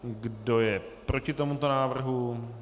Kdo je proti tomuto návrhu?